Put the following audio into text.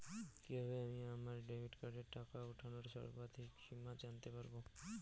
কিভাবে আমি আমার ডেবিট কার্ডের টাকা ওঠানোর সর্বাধিক সীমা জানতে পারব?